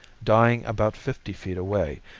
dying about fifty feet away,